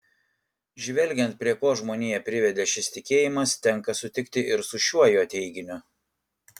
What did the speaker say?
žvelgiant prie ko žmoniją privedė šis tikėjimas tenka sutikti ir su šiuo jo teiginiu